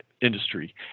industry